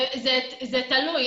זה תלוי.